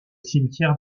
cimetière